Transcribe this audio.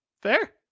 Fair